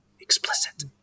explicit